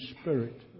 spirit